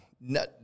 no